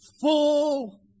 full